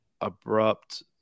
abrupt